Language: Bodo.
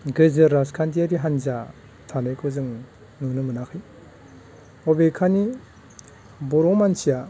गेजेर राजखान्थियारि हान्जा थानायखौ जों नुनो मोनखै बबेखानि बर' मानसिया